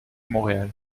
montréal